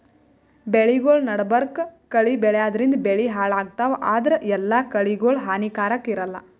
ಬೆಳಿಗೊಳ್ ನಡಬರ್ಕ್ ಕಳಿ ಬೆಳ್ಯಾದ್ರಿನ್ದ ಬೆಳಿ ಹಾಳಾಗ್ತಾವ್ ಆದ್ರ ಎಲ್ಲಾ ಕಳಿಗೋಳ್ ಹಾನಿಕಾರಾಕ್ ಇರಲ್ಲಾ